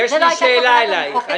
יש לי שאלה אלייך.